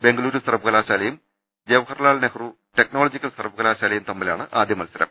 ബംഗലുരു സർവകലാശാലയും ജവഹർലാൽ നെഹ്റു ടെക്നോളജിക്കൽ സർവകലാശാലയും തമ്മിലാണ് ആദ്യ മത്സരം